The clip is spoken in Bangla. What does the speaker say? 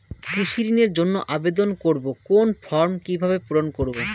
কৃষি ঋণের জন্য আবেদন করব কোন ফর্ম কিভাবে পূরণ করব?